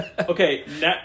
Okay